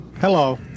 Hello